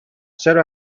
چرا